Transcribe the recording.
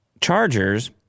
chargers